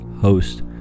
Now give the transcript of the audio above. host